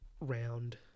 round